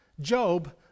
Job